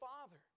father